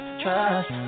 trust